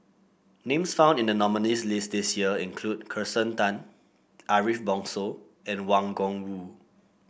names found in the nominees' list this year include Kirsten Tan Ariff Bongso and Wang Gungwu